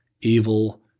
evil